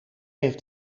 heeft